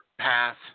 path